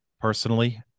personally